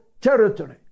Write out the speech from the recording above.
territory